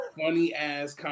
funny-ass